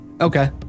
okay